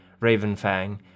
Ravenfang